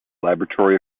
laboratory